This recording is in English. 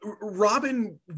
Robin